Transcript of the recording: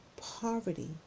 Poverty